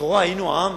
לכאורה היינו עם,